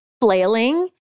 flailing